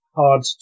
Hard